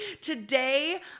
Today